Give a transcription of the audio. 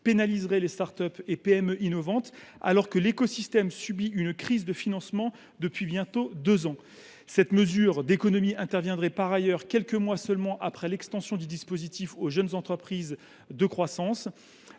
pénaliserait les start up et PME innovantes, alors que l’écosystème subit une crise de financement depuis bientôt deux ans. Cette mesure d’économie interviendrait par ailleurs quelques mois seulement après l’extension du dispositif aux jeunes entreprises de croissance.